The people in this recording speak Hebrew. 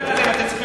לא, אתם לא צריכים